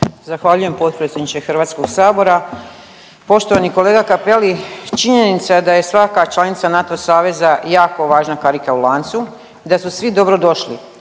Zahvaljujem potpredsjedniče Hrvatskog sabora. Poštovani kolega Cappelli, činjenica je da je svaka članica NATO saveza jako važna karika u lancu i da su svi dobrodošli,